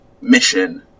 mission